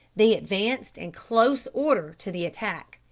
they advanced in close order to the attack.